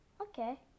okay